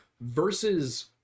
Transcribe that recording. versus